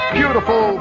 beautiful